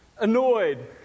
annoyed